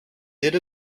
did